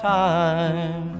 time